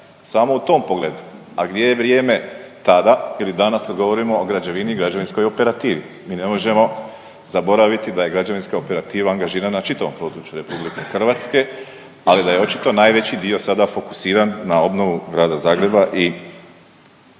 samo u tom pogledu, a gdje je vrijeme tada ili danas kad govorimo o građevini i građevinskoj operativi. Mi ne možemo zaboraviti da je građevinska operativa angažirana na čitavom području RH, ali da je očito najveći dio sada fokusiran na obnovu grada Zagreba i